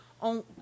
On